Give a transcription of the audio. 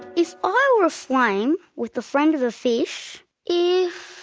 if i were a flame with the friend of a fish if